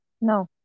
No